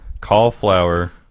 Cauliflower